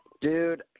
Dude